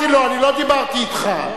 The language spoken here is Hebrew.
אני לא דיברתי אתך.